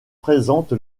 présente